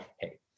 Hey